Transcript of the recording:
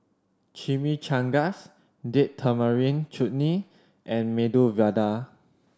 Chimichangas Date Tamarind Chutney and Medu Vada